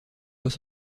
los